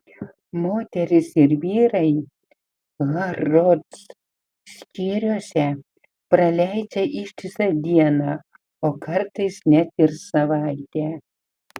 moterys ir vyrai harrods skyriuose praleidžia ištisą dieną o kartais net ir savaitę